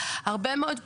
הרבה מאוד פעמים,